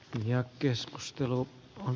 ja keskustelu on